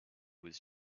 was